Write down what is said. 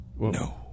No